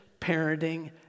parenting